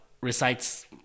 recites